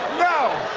no!